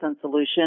Solution